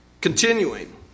Continuing